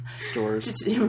Stores